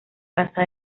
casa